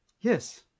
yes